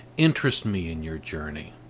interest me in your journey